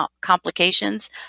complications